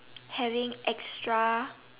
having extra